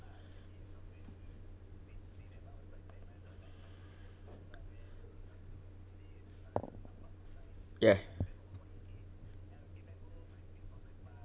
ya